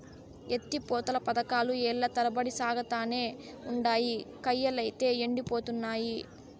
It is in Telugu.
ఎత్తి పోతల పదకాలు ఏల్ల తరబడి సాగతానే ఉండాయి, కయ్యలైతే యెండిపోతున్నయి